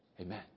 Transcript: Amen